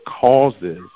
causes